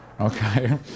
Okay